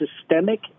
systemic